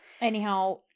Anyhow –